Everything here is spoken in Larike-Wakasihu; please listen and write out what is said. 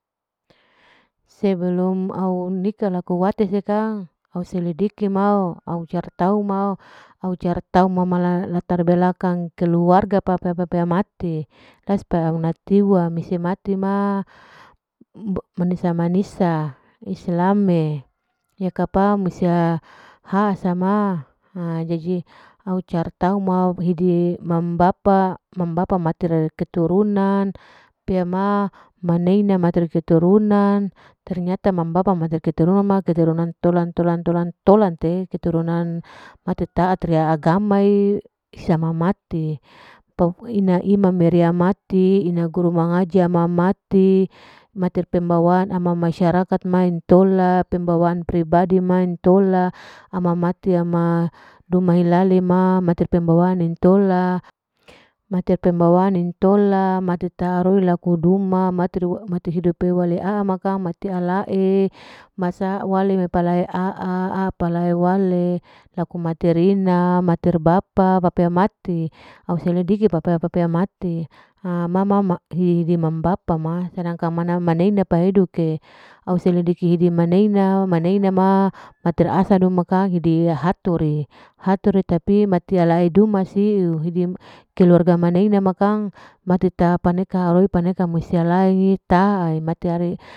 Sebeleum au nika laku wate sekang au selediki ma, latar belakang keluarga la papuna-papuna mati. tiwa mese mati ma, manisa-manisa islam'e, yakapau hasa sama ha jadi au cari tau mam bapa, mam bapa, mam bapa mater keturunan pea ma maneima mater keturunan, ternyata mam bapa mater keterunan ma keterunan entolan tolan tolan tolante, keturunan mater taat riya agama'e, kisa mamti pama imam mamati, ina guru mengaji ama mati, mater pembawaan ama masyarakat ma entola, pembawaan pribadi ma intola, ama matima duma hilale ma mete pembawaan intola, pembawa intola, mater taaroi maka duma, mater hidup a'a ma kang mate alae, masa wale pala a'a, a'a pala wale laku materina, mater bapa, bapea mati, au selidiki papea papea mati, ha ma ma hidi mama bapa ma, sedangkan paneina pehuduke au selediki hidi manenama mater hasanu maka hidi dihaturi, dihaturi matia alei duma siu, hidi kelurga manena makang mati taha paneka mesia alea taha, mater arei.